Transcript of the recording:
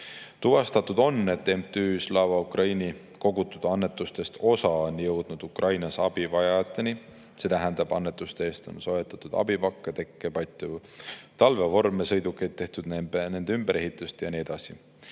Tuvastatud on, et MTÜ Slava Ukraini kogutud annetustest osa on jõudnud Ukrainas abivajajateni, see tähendab, et annetuste eest on soetatud abipakke, tekke, patju, talvevorme, sõidukeid, tehtud [sõidukite] ümberehitust ja nii edasi.